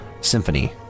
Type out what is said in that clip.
Symphony